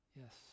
Yes